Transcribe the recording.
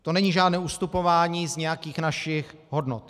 To není žádné ustupování z nějakých našich hodnot.